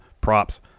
props